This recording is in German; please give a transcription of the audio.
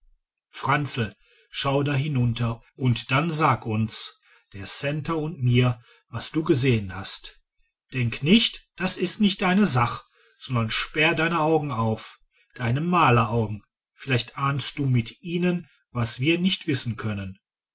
franzl schau da hinunter und dann sag uns der centa und mir was du gesehen hast denk nicht das ist nicht deine sach sondern sperr deine augen auf deine maleraugen vielleicht ahnst du mit ihnen was wir nicht wissen können